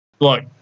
look